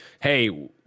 hey